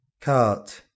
cart